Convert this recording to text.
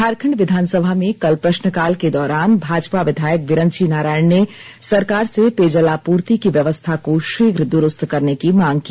झारखंड विधानसभा में कल प्रश्नकाल के दौरान भाजपा विधायक बिरंची नारायण ने सरकार से पेयजल आपूर्ति की व्यवस्था को शीघ्र द्रूस्त करने की मांग की